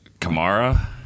Kamara